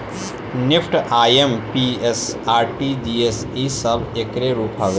NEFT, IMPS, RTGS इ सब एकरे रूप हवे